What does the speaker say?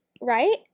right